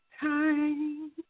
time